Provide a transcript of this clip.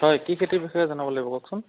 হয় কি খেতিৰ বিষয়ে জনাব লাগিব কওকচোন